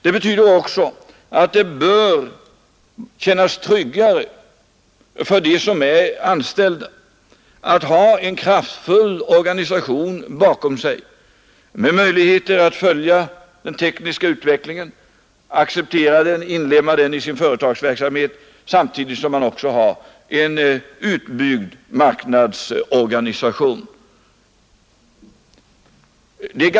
Det bör också kännas tryggare för de anställda att ha en kraftfull organisation bakom sig med möjligheter att följa den tekniska utvecklingen, att acceptera den och inlemma den i sin företagsverksamhet, samtidigt som man har en utbyggd marknadsorganisation.